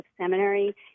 Seminary